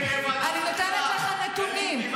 אני נותנת לך נתונים.